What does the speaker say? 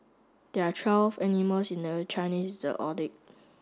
there are twelve animals in the Chinese